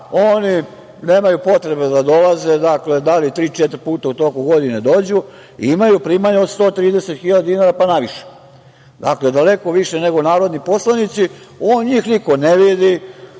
oni nemaju potrebe da dolaze, da li tri-četiri puta u toku godine dođu, a imaju primanja od 130.000 dinara pa naviše. Dakle, daleko više nego narodni poslanici. Njih niko ne vidi.